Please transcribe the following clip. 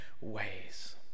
ways